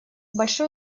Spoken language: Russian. большое